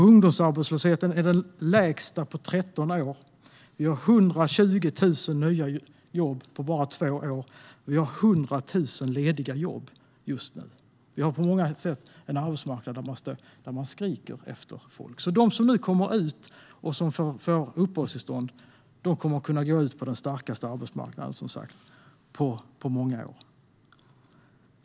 Ungdomsarbetslösheten är den lägsta på 13 år. Vi har fått 120 000 nya jobb på bara två år. Vi har 100 000 lediga jobb just nu. Vi har på många sätt en arbetsmarknad där man skriker efter folk. De som nu får uppehållstillstånd kommer att kunna gå ut på den starkaste arbetsmarknaden, som sagt, på många år.